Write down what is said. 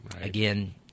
again